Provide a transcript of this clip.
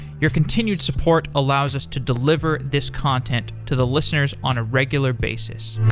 your continued support allows us to deliver this content to the listeners on a regular basis